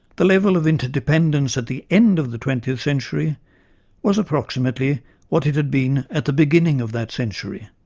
the level of interdependence at the end of the twentieth century was approximately what it had been at the beginning of that century.